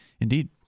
Indeed